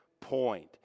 point